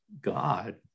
God